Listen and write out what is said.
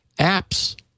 apps